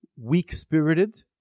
weak-spirited